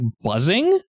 buzzing